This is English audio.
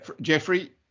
Jeffrey